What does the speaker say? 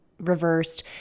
reversed